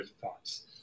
thoughts